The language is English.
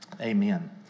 Amen